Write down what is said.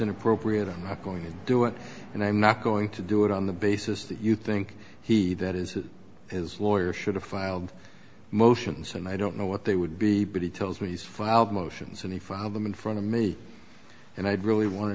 inappropriate i'm going to do it and i'm not going to do it on the basis that you think he that is as lawyers should have filed motions and i don't know what they would be but he tells me he's filed motions and he filed them in front of me and i'd really want to